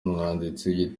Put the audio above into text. umwanditsi